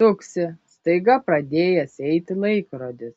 tuksi staiga pradėjęs eiti laikrodis